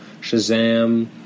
Shazam